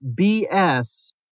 BS